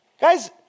Guys